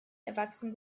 erwachsenen